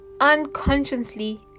unconsciously